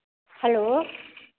hello